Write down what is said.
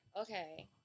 Okay